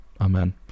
amen